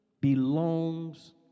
belongs